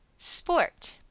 sport.